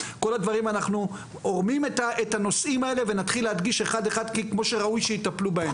ואני רואה שאנחנו ראוי שתהיה פריצת דרך בעשור או בשני העשורים הבאים.